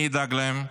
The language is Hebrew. מי ידאג להם?